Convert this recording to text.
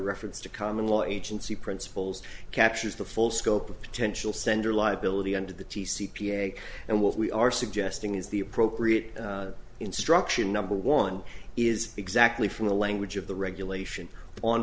reference to common law agency principles captures the full scope of potential sender liability under the t c p a and what we are suggesting is the appropriate instruction number one is exactly from the language of the regulation on